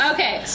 Okay